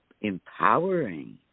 empowering